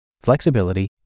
Flexibility